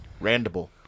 Randable